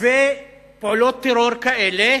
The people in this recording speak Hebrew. ופעולות טרור כאלה,